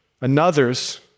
another's